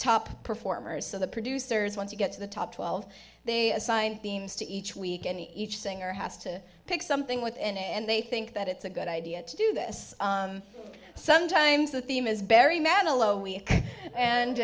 top performers so the producers once you get to the top twelve they assign themes to each week and each singer has to pick something with it and they think that it's a good idea to do this sometimes the theme is barry manilow